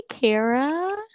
Kara